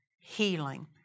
healing